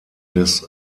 des